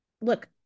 look